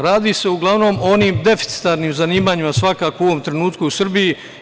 Radi se uglavnom o onim deficitarnim zanimanjima u ovom trenutku u Srbiji.